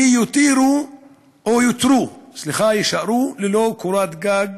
ויישארו ללא קורת גג,